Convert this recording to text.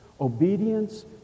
Obedience